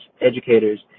educators